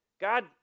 God